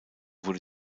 wurde